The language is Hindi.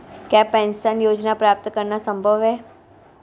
क्या पेंशन योजना प्राप्त करना संभव है?